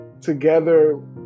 together